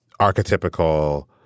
archetypical